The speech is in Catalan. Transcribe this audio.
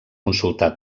consultar